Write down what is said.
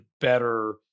better